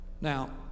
Now